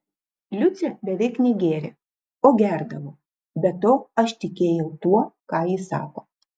liucė beveik negėrė o gerdavo be to aš tikėjau tuo ką ji sako